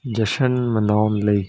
ਜਸ਼ਨ ਮਨਾਉਣ ਲਈ